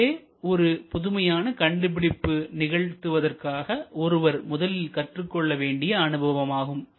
இதுவே ஒரு புதுமையான கண்டுபிடிப்பு நிகழ்வதற்காக ஒருவர் முதலில் கற்றுக் கொள்ள வேண்டிய அனுபவமாகும்